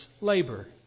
labor